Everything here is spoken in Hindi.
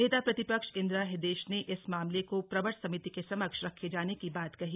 नेता प्रतिपक्ष इन्दिरा हृद्येश ने इस मामले को प्रवर समिति के समक्ष रखे जाने की बात कही